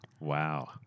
Wow